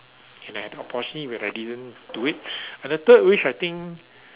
and I had opportunity when I didn't do it and the third wish I think